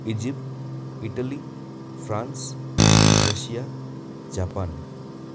Egypt Italy France Russia Japan